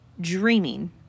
dreaming